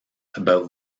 about